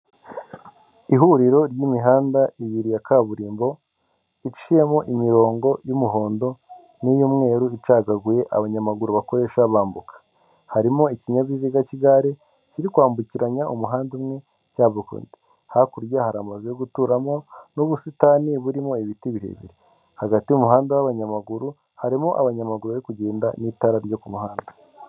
Ihuriro ry'imihanda ibiri ya kaburimbo iciyemo imirongo y'umuhondo n'iy'umweru icagaguye abanyamaguru bakoresha bambuka, harimo ikinyabiziga cy'igare kiri kwambukiranya umuhanda umwe cyambuka undi, hakurya hari amazu yo guturamo n'ubusitani burimo ibiti birebire, hagati y'umuhanda w'abanyamaguru harimo abanyamaguru bari kugenda n'itara ryo ku muhanda.